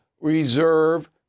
reserve